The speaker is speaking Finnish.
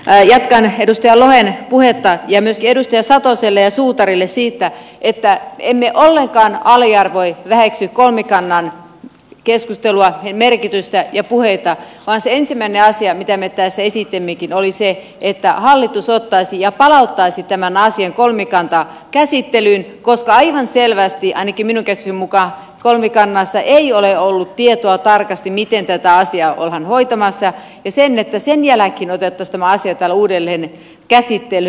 jatkan edustaja lohen puhetta ja myöskin edustaja satoselle ja suutarille sanon siitä että emme ollenkaan aliarvioi väheksy kolmikannan keskustelua merkitystä ja puheita vaan se ensimmäinen asia mitä me tässä esitimmekin oli se että hallitus ottaisi ja palauttaisi tämän asian kolmikantakäsittelyyn koska aivan selvästi ainakin minun käsitykseni mukaan kolmikannassa ei ole ollut tietoa tarkasti siitä miten tätä asiaa ollaan hoitamassa ja sen jälkeen otettaisiin tämä asia täällä uudelleen käsittelyyn